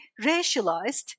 racialized